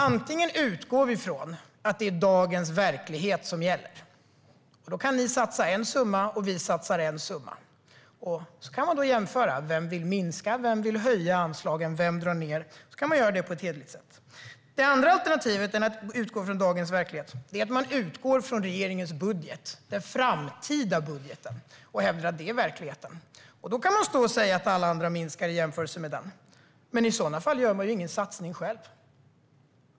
Antingen utgår vi ifrån att det är dagens verklighet som gäller. Då kan ni satsa en summa, och vi satsar en summa. Sedan kan man jämföra. Vem vill minska? Vem vill höja anslagen? Vem drar ned? Då kan man göra det på ett hederligt sätt. Ett annat alternativ än att utgå från dagens verklighet är att utgå från regeringens budget, den framtida budgeten, och hävda att det är verkligheten. Då kan man stå och säga att alla andra minskar i jämförelse med den. Men i sådana fall gör man ingen satsning själv.